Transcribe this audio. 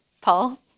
Paul